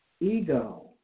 ego